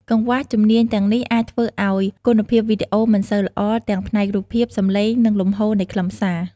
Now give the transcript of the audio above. កង្វះជំនាញទាំងនេះអាចធ្វើឲ្យ គុណភាពវីដេអូមិនសូវល្អ ទាំងផ្នែករូបភាព សំឡេង និងលំហូរនៃខ្លឹមសារ។